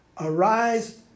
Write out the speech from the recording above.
Arise